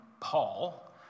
Paul